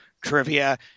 trivia